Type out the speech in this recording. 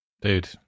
Dude